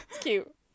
cute